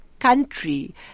country